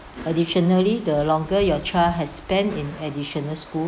additionally the longer your child has spent in additional school